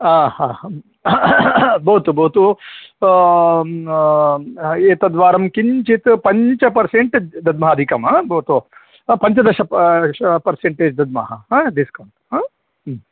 आम् हा हा भवतु भवतु एतद्वारं किञ्चित् पञ्च पर्सेण्ट् ददम्ः अधिकं हा भवतु अतः पञ्चदश पर्सेण्टेज् दद्मः डिस्कौण्ट् हा